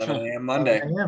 Monday